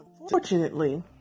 unfortunately